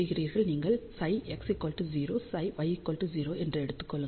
நீங்கள் ψx 0 ψy 0 என்று எடுத்துக் கொள்ளுங்கள்